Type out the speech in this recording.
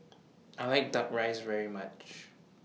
I like Duck Rice very much